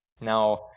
Now